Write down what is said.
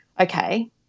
okay